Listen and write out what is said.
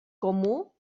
comú